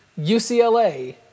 UCLA